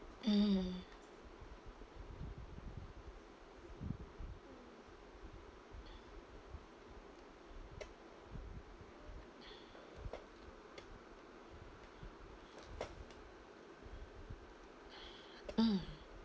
mm mm